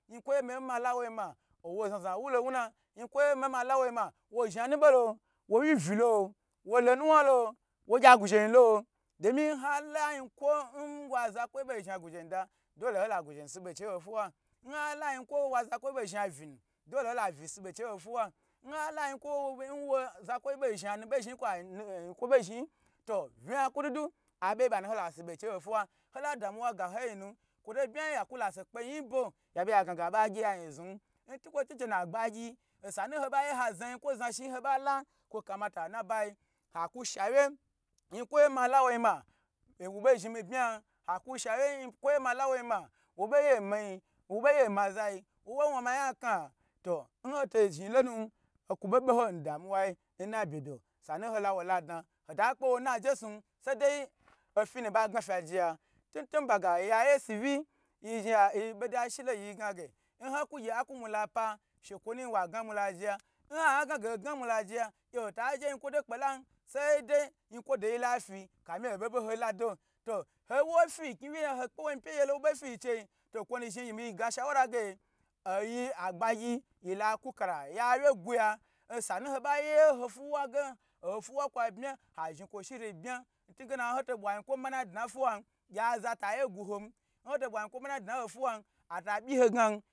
Nko me malawo yin ma owa zna zna wolo wuna yin kwo ye mioye mala woyin ma wo zha nubo lo, wo wi vilo wo lo nuwalo wo gya guzhayilo domi nha la yinkwo nwa zakwa bo zhni guzhe yi da dole hole guzhe yin sibe chei n hofuwa, nhata yinkwo nwa zakwoi bo zhi avi hola visibe chei nho fuwa, nhala ginkwo nwa zakwoyi bo zhni anu ba zho yi kwa ayikwo bo zhni yi to vna kududu abeyi ba ni hola si beyi cheyi nho fuwa hola damuwa ga hoyin na kwoto bma ha ka lase kpehoyin nbo hagna babe hagye ayin zni ntukwo tuche agbagyi nhi bayi ha zna yinkwo zna shni yi nboba la kwo kamata nnabayi haku shawye yin kwo yi ma kwo yina wo bo zhni mi bma, ha kushawye nukwo ye ma lawo yin ma woba ye nmi, wobe ye ma zayi wowo wan ma yen kna to nho to zhni lonnu ha bo lo lamuwa nnabe do sanu ho lawa la dna hota kpe wo na jesun saida ofi nu ba gna fya je ya tuntun baga oya yesu vi ye boda shilo yi gna ge nha ku gye aku mula pa shekwo nu zhni wa gna mula jeya nha ha gna ga ho gna mula jeyo hota je yin kwo do kpela she dei yikwo doyi lafi kami ho bo be ho la do lo howo fi nknwiya hakpa yin ye nwo bo ficheyi to kwo nu zhni mihga shawra ge oyi agbagyi yila kakala ya wye guya sanu ho ba ye ho fuwa ge oho fuwa kwa bye ha zhni kwo shiri bmi ntugena hoto bwa yirikwo manayi dna fuwa gye aza ta ye guhon nhoto bwa yin kwo manayi dna ho fuwa ata byi ho gna.